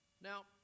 Now